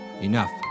enough